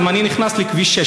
אם אני נכנס לכביש 6,